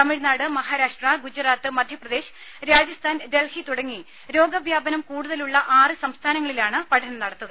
തമിഴ്നാട് മഹാരാഷ്ട്ര ഗുജറാത്ത് മധ്യപ്രദേശ് രാജസ്ഥാൻ ഡൽഹി തുടങ്ങി രോഗവ്യാപനം കൂടുതലുള്ള ആറ് സംസ്ഥാനങ്ങളിലാണ് പഠനം നടത്തുക